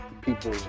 people